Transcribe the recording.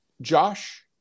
Josh